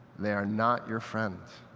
they are not your friend.